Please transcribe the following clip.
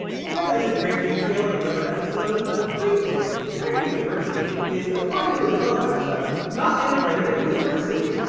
we'll cover this in great detail in another episode, but, briefly, prager university is, according to its own website, not an accredited university.